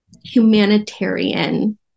humanitarian